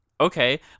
okay